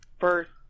first